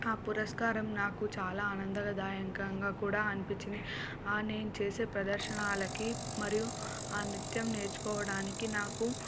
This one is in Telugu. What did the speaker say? ఆ పురస్కారం నాకు చాలా ఆనందదాయకంగా కూడా అనిపించింది నేను చేసే ప్రదర్శన వాళ్ళకి మరియు ఆ నృత్యం నేర్చుకోవడానికి నాకు